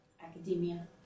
Academia